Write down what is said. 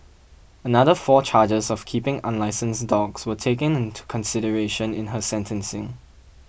another four charges of keeping unlicensed dogs were taken into consideration in her sentencing